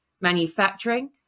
manufacturing